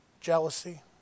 Jealousy